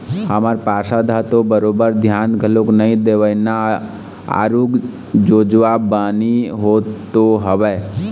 हमर पार्षद ह तो बरोबर धियान घलोक नइ देवय ना आरुग जोजवा बानी तो हवय